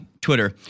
Twitter